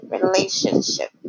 relationship